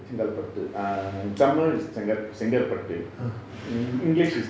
ah